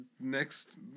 next